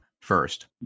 first